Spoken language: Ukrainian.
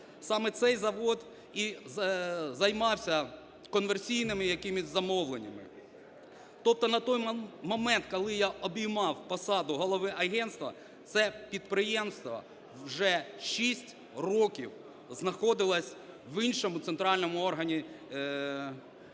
саме цей завод і займався комерційними якимись замовленнями. Тобто на той момент, коли я обіймав посаду голови агентства, це підприємство вже шість років знаходилось в іншому центральному органі виконавчої